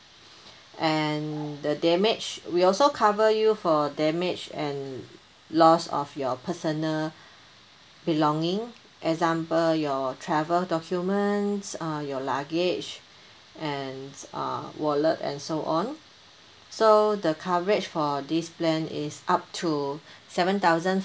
and the damage we also cover you for damage and lost of your personal belonging example your travel documents uh your luggage and uh wallet and so on so the coverage for this plan is up to seven thousand